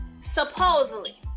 Supposedly